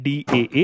DAA